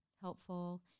helpful